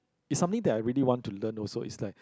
is something that I really want to learn also it's like